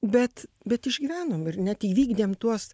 bet bet išgyvenom ir net įvykdėm tuos